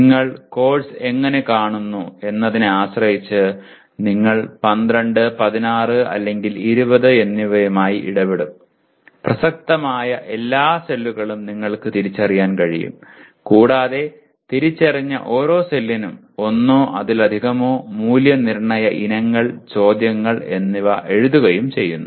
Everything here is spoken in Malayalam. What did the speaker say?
നിങ്ങൾ കോഴ്സ് എങ്ങനെ കാണുന്നു എന്നതിനെ ആശ്രയിച്ച് നിങ്ങൾ 12 16 അല്ലെങ്കിൽ 20 എന്നിവയുമായി ഇടപെടും പ്രസക്തമായ എല്ലാ സെല്ലുകളും നിങ്ങൾക്ക് തിരിച്ചറിയാൻ കഴിയും കൂടാതെ തിരിച്ചറിഞ്ഞ ഓരോ സെല്ലിനും ഒന്നോ അതിലധികമോ മൂല്യനിർണ്ണയ ഇനങ്ങൾ ചോദ്യങ്ങൾ എന്നിവ എഴുതുകയും ചെയ്യുന്നു